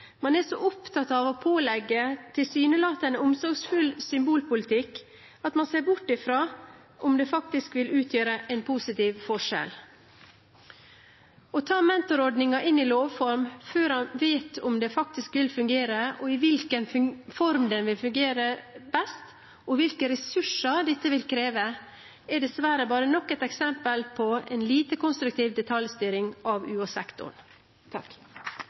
Man er så opptatt av å pålegge tilsynelatende omsorgsfull symbolpolitikk at man ser bort fra om det vil utgjøre en positiv forskjell. Å ta mentorordningen inn i lovs form før en vet om det vil fungere, i hvilken form den vil fungere best, og hvilke ressurser dette vil kreve, er dessverre bare nok et eksempel på en lite konstruktiv detaljstyring av